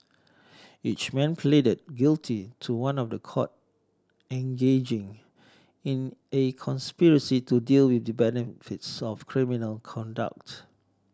each man pleaded guilty to one of the count engaging in a conspiracy to deal with the benefits of criminal conduct